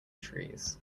trees